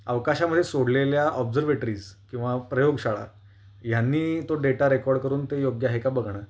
अवकाशामध्ये सोडलेल्या ऑब्झर्वेटरीज किंवा प्रयोगशाळा यांनी तो डेटा रेकॉर्ड करून ते योग्य आहे का बघणं